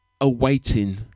awaiting